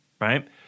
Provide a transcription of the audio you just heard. Right